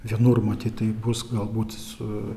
vienur matyt bus galbūt su